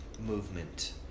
movement